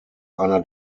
einer